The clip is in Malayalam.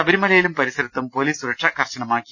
ശബരിമലയിലും പരിസരത്തും പൊലീസ് സുരക്ഷ കർശനമാക്കി